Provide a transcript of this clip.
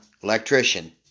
electrician